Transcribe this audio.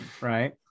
right